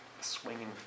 swinging